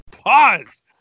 pause